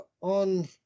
on